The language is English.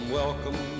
welcome